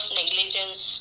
negligence